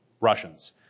Russians